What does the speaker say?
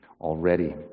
already